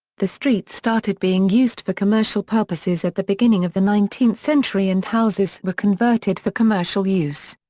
the street started being used for commercial purposes at the beginning of the nineteenth century and houses were converted for commercial use.